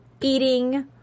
eating